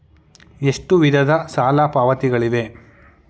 ಎಷ್ಟು ವಿಧದ ಸಾಲ ಪಾವತಿಗಳಿವೆ?